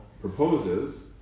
proposes